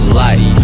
light